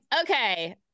Okay